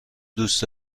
دوست